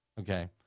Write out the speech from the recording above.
Okay